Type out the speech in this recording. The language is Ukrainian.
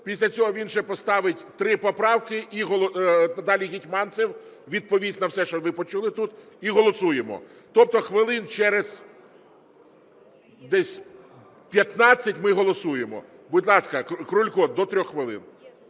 після цього він ще поставить три поправки, далі Гетманцев відповість на все, що ви почули тут, і голосуємо. Тобто хвилин через десь 15 ми голосуємо. Будь ласка, Крулько – до 3 хвилин.